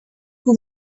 who